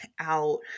out